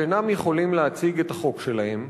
והם אינם יכולים להציג את החוק שלהם,